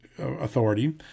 authority